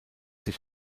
sich